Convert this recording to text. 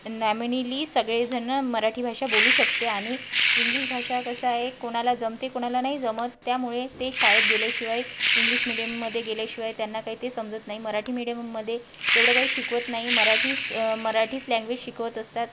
nominally सगळेजण मराठी भाषा बोलू शकते आणि इंग्लिश भाषा कसं आहे कोणाला जमते कोणाला नाही जमत त्यामुळे ते शाळेत गेल्याशिवाय इंग्लिश मिडीयममध्ये गेल्याशिवाय त्यांना काही ते समजत नाही मराठी मीडियममध्ये तेवढं काही शिकवत नाही मराठीच मराठीच लँग्वेज शिकवत असतात